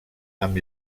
amb